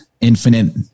infinite